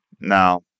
Now